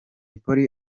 polly